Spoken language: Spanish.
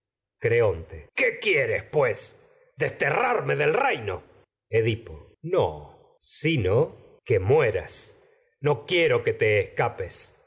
creonte reino edipo qué quieres pues desterrarme del no sino que mueras no quiero que te es